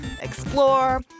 explore